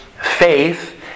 faith